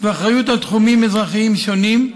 ואחריות לתחומים אזרחיים שונים,